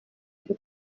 ari